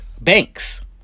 banks